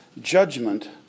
judgment